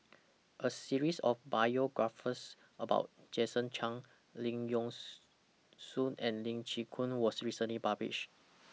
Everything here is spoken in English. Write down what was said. A series of biographies about Jason Chan Leong Yee Soo and Lee Chin Koon was recently published